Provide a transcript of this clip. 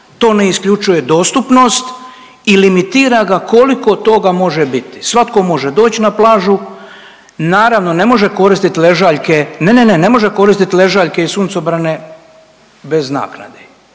to ne isključuje dostupnost i limitira ga koliko toga može biti. Svatko može doć na plažu, naravno ne može koristiti ležaljke, ne, ne, ne, ne